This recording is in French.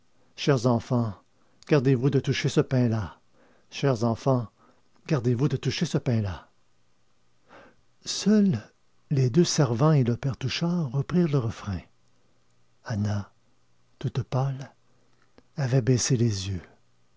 chers enfants gardez-vous de toucher ce pain-là bis seuls les deux servants et le père touchard reprirent le refrain anna toute pâle avait baissé les yeux